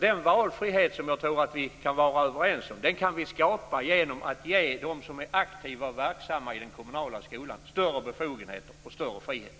Den valfriheten - det tror jag att vi kan vara överens om - kan vi skapa genom att ge dem som är aktiva och verksamma i den kommunala skolan större befogenheter och större frihet.